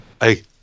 Hey